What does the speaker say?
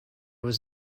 was